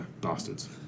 bastards